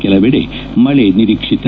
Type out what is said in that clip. ಕೆಲವೆಡೆ ಮಳೆ ನಿರೀಕ್ಷಿತ